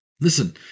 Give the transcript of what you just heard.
Listen